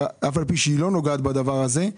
אף על פי שהיא לא נוגעת בדבר הזה,